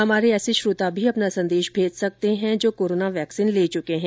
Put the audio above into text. हमारे ऐसे श्रोता भी अपना संदेश भेज सकते हैं जो कोरोना वैक्सीन ले चुके हैं